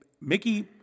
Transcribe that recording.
Mickey